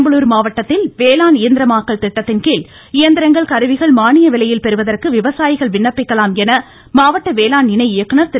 பெரம்பலூர் மாவட்டத்தில் வேளாண் இயந்திரமயமாக்கல் திட்டத்தின்கீழ் இயந்திரங்கள் கருவிகள் மானிய விலையில் பெறுவதற்கு விவசாயிகள் விண்ணப்பிக்கலாம் என மாவட்ட வேளாண் இணை இயக்குநர் திரு